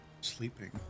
sleeping